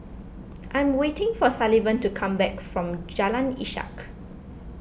I am waiting for Sullivan to come back from Jalan Ishak